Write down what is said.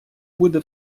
буде